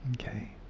okay